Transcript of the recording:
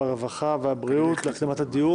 הרווחה והבריאות להקדמת הדיון.